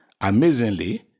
Amazingly